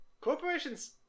corporations